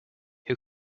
who